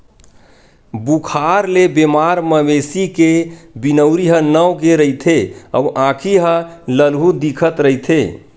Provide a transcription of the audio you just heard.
बुखार ले बेमार मवेशी के बिनउरी ह नव गे रहिथे अउ आँखी ह ललहूँ दिखत रहिथे